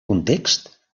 context